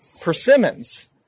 persimmons